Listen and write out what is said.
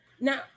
now